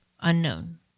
Unknown